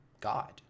God